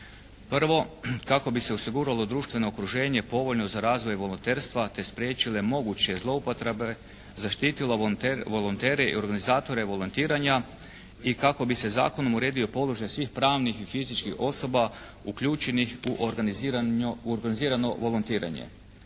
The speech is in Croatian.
Prvo, kako bi se osiguralo društveno okruženje povoljno za razvoj volonterstva te spriječile moguće zloupotrebe, zaštitilo volontere i organizatore volontiranja i kako bi se zakonom uredio položaj svih pravnih i fizičkih osoba uključenih u organizirano volontiranje.